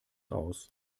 aus